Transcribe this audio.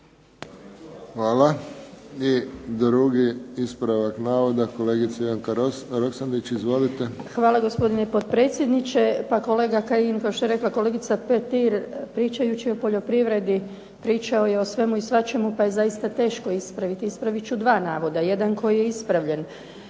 Hvala. I drugi ispravak navoda, kolegica Ivanka Roksandić. Izvolite. **Roksandić, Ivanka (HDZ)** Hvala gospodine potpredsjedniče. Pa kolega Kajin kao što je rekla kolegica Petir pričajući o poljoprivredi pričao je o svemu i svačemu pa je zaista teško ispraviti. Ispraviti ću 2 navoda, jedan koji je ispravljen.